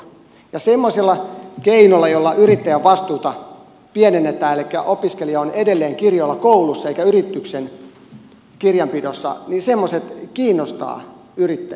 semmoiset keinot kiinnostavat yrittäjiä joilla yrittäjän vastuuta pienennetään elikkä opiskelija on edelleen kirjoilla koulussa eikä yrityksen kirjanpidossa